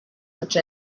such